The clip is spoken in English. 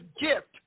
gift